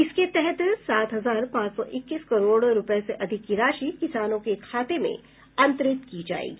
इसके तहत सात हजार पांच सौ इक्कीस करोड़ रूपये से अधिक की राशि किसानों के खाते में अंतरित की जायेगी